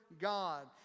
God